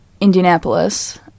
Indianapolis